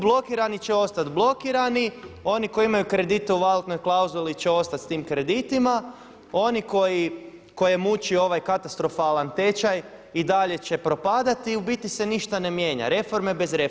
Blokirani će ostat blokirani, oni koji imaju kredite u valutnoj klauzuli će ostat s tim kreditima, oni koje muči ovaj katastrofalan tečaj i dalje će propadati i u biti se ništa ne mijenja reforme bez reformi.